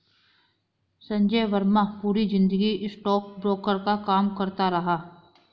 संजय वर्मा पूरी जिंदगी स्टॉकब्रोकर का काम करता रहा